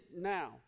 now